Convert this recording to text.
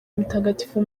mutagatifu